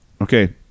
Okay